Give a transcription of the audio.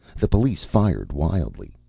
the police fired wildly.